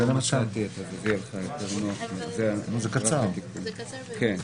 בפסקה (1), לפני "כל זאת למעט פעוט" יבוא "ולעניין